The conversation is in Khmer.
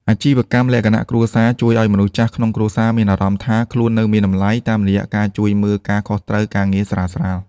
អាជីវកម្មលក្ខណៈគ្រួសារជួយឱ្យមនុស្សចាស់ក្នុងគ្រួសារមានអារម្មណ៍ថាខ្លួននៅមានតម្លៃ តាមរយៈការជួយមើលការខុសត្រូវការងារស្រាលៗ។